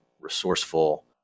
resourceful